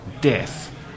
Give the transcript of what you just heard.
Death